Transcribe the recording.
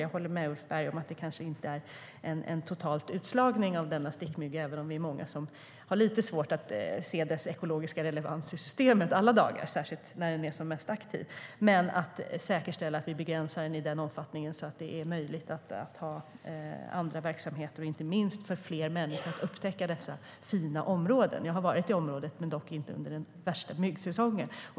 Jag håller med Ulf Berg om att det kanske inte ska vara en total utslagning av stickmyggan även om vi är många som har lite svårt att se dess ekologiska relevans i systemet alla dagar, särskilt när den är som mest aktiv. Men vi vill säkerställa att vi begränsar den i den omfattningen att det är möjligt att bedriva verksamheter, inte minst för att fler människor ska upptäcka dessa fina områden. Jag har varit i området, dock inte under den värsta myggsäsongen.